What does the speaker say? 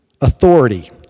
authority